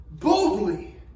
Boldly